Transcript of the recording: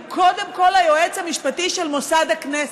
הוא קודם כול היועץ המשפטי של מוסד הכנסת,